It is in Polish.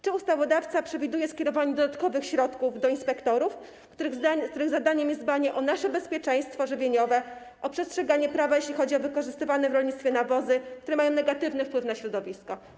Czy ustawodawca przewiduje skierowanie dodatkowych środków na rzecz inspektorów, których zadaniem jest dbanie o nasze bezpieczeństwo żywieniowe, o przestrzeganie prawa, jeśli chodzi o wykorzystywane w rolnictwie nawozy, które mają negatywny wpływ na środowisko?